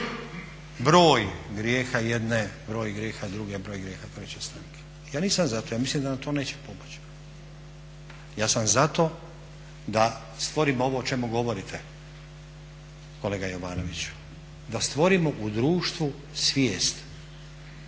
broj grijeha jedne, broj grijeha druge, broj grijeha treće stranke. Ja nisam za to, ja mislim da nam to neće pomoći. Ja sam za to da stvorimo ovo o čemu govorite kolega Jovanoviću, da stvorimo u društvu svijest